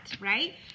right